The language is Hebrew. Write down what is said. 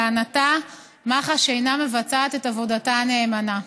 לטענתה, מח"ש אינה מבצעת את עבודתה נאמנה.